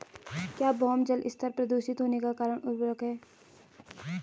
क्या भौम जल स्तर प्रदूषित होने का कारण उर्वरक है?